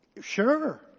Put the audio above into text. Sure